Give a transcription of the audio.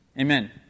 Amen